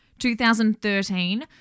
2013